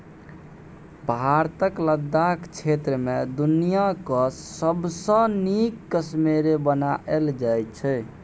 भारतक लद्दाख क्षेत्र मे दुनियाँक सबसँ नीक कश्मेरे बनाएल जाइ छै